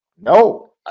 no